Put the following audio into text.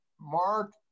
Mark